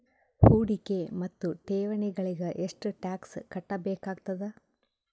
ಹೂಡಿಕೆ ಮತ್ತು ಠೇವಣಿಗಳಿಗ ಎಷ್ಟ ಟಾಕ್ಸ್ ಕಟ್ಟಬೇಕಾಗತದ?